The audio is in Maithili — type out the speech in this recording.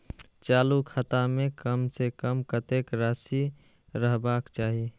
चालु खाता में कम से कम कतेक राशि रहबाक चाही?